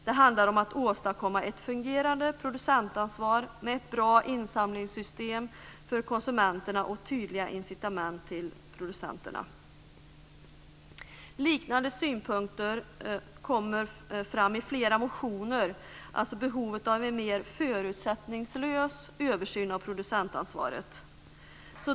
Det handlar om att åstadkomma ett fungerande producentansvar med ett bra insamlingssystem för konsumenterna och tydliga incitament till producenterna. Liknande synpunkter kommer fram i flera motioner. Det gäller behovet av en mer förutsättningslös översyn av producentansvaret.